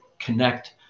connect